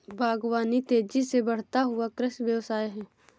बागवानी तेज़ी से बढ़ता हुआ कृषि व्यवसाय है